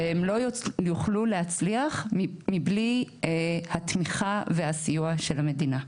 והם לא יוכלו להצליח מבלי התמיכה והסיוע של המדינה.